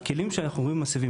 הכלים שאנחנו רואים שמסבים,